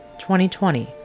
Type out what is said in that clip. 2020